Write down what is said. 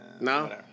No